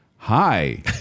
hi